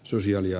sosiaali ja